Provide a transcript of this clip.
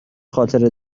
خاطره